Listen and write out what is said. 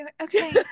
Okay